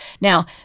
Now